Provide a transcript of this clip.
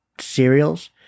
cereals